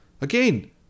again